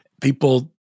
People